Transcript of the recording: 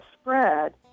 spread